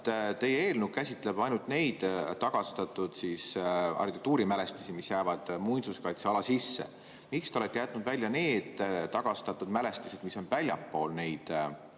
teie eelnõu käsitleb ainult neid tagastatud arhitektuurimälestisi, mis jäävad muinsuskaitseala sisse. Miks te olete jätnud välja need tagastatud mälestised, mis on väljaspool neid